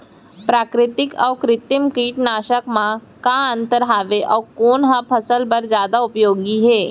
प्राकृतिक अऊ कृत्रिम कीटनाशक मा का अन्तर हावे अऊ कोन ह फसल बर जादा उपयोगी हे?